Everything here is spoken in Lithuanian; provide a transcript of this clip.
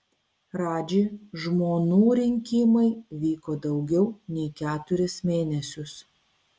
radži žmonų rinkimai vyko daugiau nei keturis mėnesius